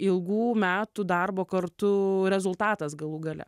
ilgų metų darbo kartu rezultatas galų gale